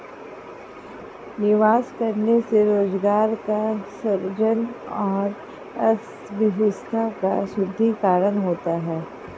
निवेश करने से रोजगार का सृजन और अर्थव्यवस्था का सुदृढ़ीकरण होता है